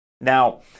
Now